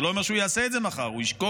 זה לא אומר שהוא יעשה את זה מחר, הוא ישקול,